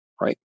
right